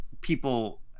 people